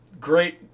great